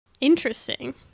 Interesting